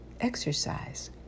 exercise